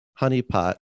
honeypot